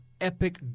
epic